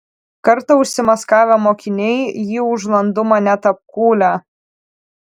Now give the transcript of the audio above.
kartą užsimaskavę mokiniai jį už landumą net apkūlę